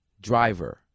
driver